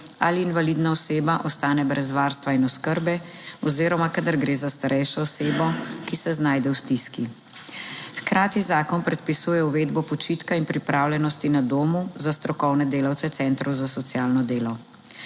ali invalidna oseba ostane brez varstva in oskrbe oziroma kadar gre za starejšo osebo, ki se znajde v stiski. Hkrati zakon predpisuje uvedbo počitka in pripravljenosti na domu za strokovne delavce centrov za socialno delo.